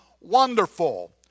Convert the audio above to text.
wonderful